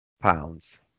pounds